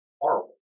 horrible